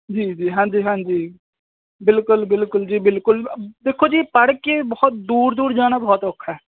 ਜੀ ਜੀ ਹਾਂਜੀ ਹਾਂਜੀ ਬਿਲਕੁਲ ਬਿਲਕੁਲ ਜੀ ਬਿਲਕੁਲ ਦੇਖੋ ਜੀ ਪੜ੍ਹ ਕੇ ਬਹੁਤ ਦੂਰ ਦੂਰ ਜਾਣਾ ਬਹੁਤ ਔਖਾ